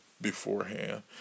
beforehand